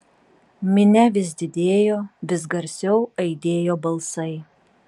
minia vis didėjo vis garsiau aidėjo balsai